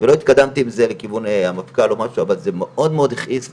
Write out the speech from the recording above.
ולא התקדמתי עם זה לכיוון המפכ"ל או משהו אבל זה מאוד מאוד הכעיס אותי,